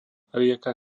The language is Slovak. rieka